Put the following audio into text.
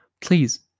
Please